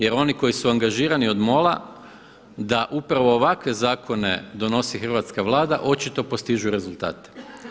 Jer oni koji su angažirani od MOL-a da upravo ovakve zakone donosi hrvatska Vlada očito postižu rezultate.